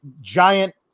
giant